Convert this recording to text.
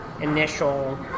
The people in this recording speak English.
initial